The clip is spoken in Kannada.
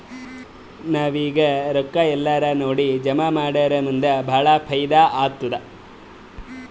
ನಾವ್ ಈಗ್ ರೊಕ್ಕಾ ಎಲ್ಲಾರೇ ನೋಡಿ ಜಮಾ ಮಾಡುರ್ ಮುಂದ್ ಭಾಳ ಫೈದಾ ಆತ್ತುದ್